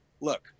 look